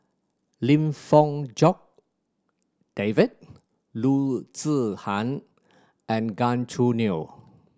Lim Fong Jock David Loo Zihan and Gan Choo Neo